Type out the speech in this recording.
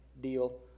deal